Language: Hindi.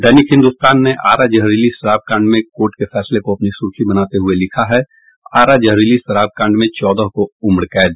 दैनिक हिन्दुस्तान ने आरा जहरीली शराब कांड में कोर्ट के फैसले को अपनी सुर्खी बनाते हुये लिखा है आरा जहरीली शराब कांड में चौदह को उम्रकैद